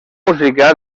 música